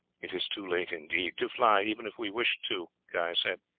it is too late, indeed, to fly, even if we wished to guy said.